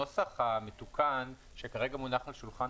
הנוסח המתוקן שמונח כרגע על שולחן